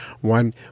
one